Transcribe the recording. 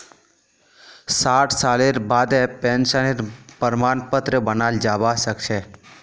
साठ सालेर बादें पेंशनेर प्रमाण पत्र बनाल जाबा सखछे